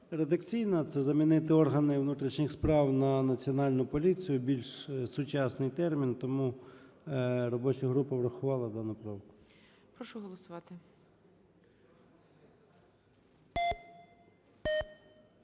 Редакційна: це замінити "органи внутрішніх справ" на "Національну поліцію", більш сучасний термін. Тому робоча група врахувала дану правку.